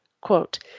quote